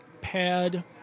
pad